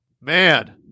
man